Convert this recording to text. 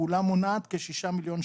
פעולה מונעת כ-6 מיליון שקלים.